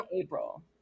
April